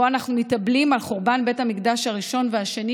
שבו אנחנו מתאבלים על חורבן בית המקדש הראשון והשני,